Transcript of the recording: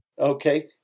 Okay